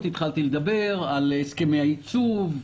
התחלתי לדבר על הסכמי הייצוב,